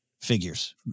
figures